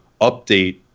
update